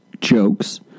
jokes